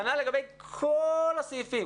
כנ"ל לגבי כל הסעיפים.